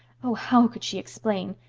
oh, how could she explain?